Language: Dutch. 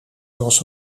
zoals